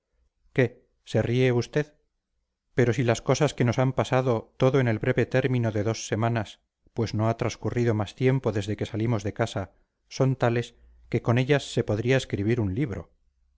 qué se ríe usted pero si las cosas que nos han pasado todo en el breve término de dos semanas pues no ha transcurrido más tiempo desde que salimos de casa son tales que con ellas se podría escribir un libro